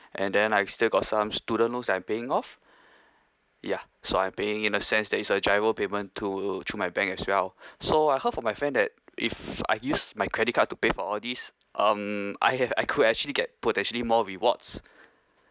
and then I still got some student loans that I'm paying off ya so I'm paying in the sense that it's a GIRO payment to to my bank as well so I heard from my friend that if I use my credit card to pay for all these um I have I could actually get potentially more rewards